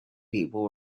people